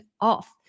off